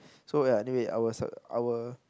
so ya anyway I was her our